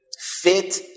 Fit